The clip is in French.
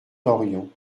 d’orion